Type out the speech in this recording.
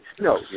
no